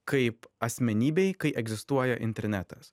kaip asmenybei kai egzistuoja internetas